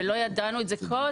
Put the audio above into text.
ולא ידענו את זה קודם,